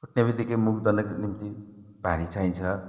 उठ्नेबित्तिकै मुख धुनको निम्ति पानी चाहिन्छ